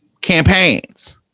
Campaigns